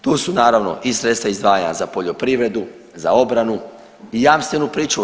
Tu su naravno i sredstva izdvajana za poljoprivredu, za obranu i jamstvenu pričuvu.